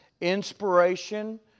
inspiration